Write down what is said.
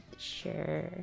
Sure